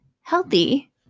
healthy